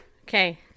Okay